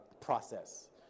process